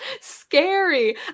scary